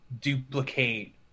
duplicate